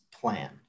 plan